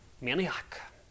maniac